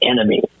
enemy